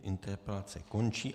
Interpelace končí.